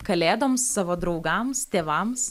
kalėdoms savo draugams tėvams